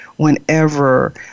Whenever